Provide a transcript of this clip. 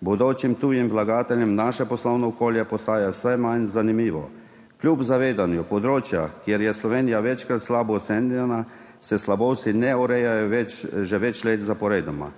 bodočim tujim vlagateljem naše poslovno okolje postaja vse manj zanimivo. Kljub zavedanju področja, ker je Slovenija večkrat slabo ocenjena, se slabosti ne urejajo že več let zaporedoma,